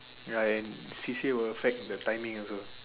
ya and C_C_A will affect the timing also